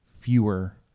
fewer